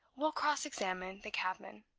we'll cross-examine the cabman.